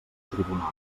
tribunal